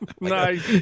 Nice